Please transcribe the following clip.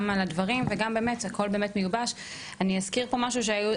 אני אזכיר פה משהו,